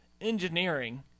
engineering